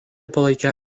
palaikė